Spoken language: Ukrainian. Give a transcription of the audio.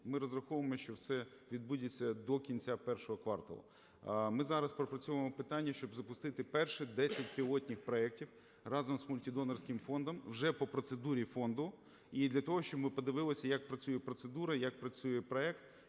ми розраховуємо, що це відбудеться до кінця першого кварталу, ми зараз пропрацьовуємо питання, щоб запустити перші 10 пілотних проектів разом з Мультидонорським фондом вже по процедурі фонду і для того, щоб ми подивилися, як працює процедура і як працює проект,